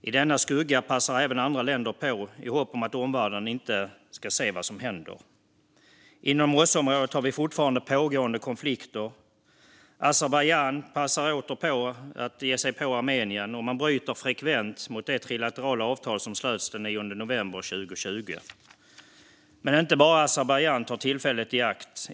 I denna skugga passar även andra länder på, i hopp om att omvärlden inte ska se vad som händer. Inom OSSE-området har vi fortfarande pågående konflikter. Azerbajdzjan passar åter på att ge sig på Armenien, och man bryter frekvent mot det trilaterala avtal som slöts den 9 november 2020. Men inte bara Azerbajdzjan tar tillfället i akt.